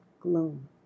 gloom